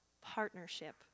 partnership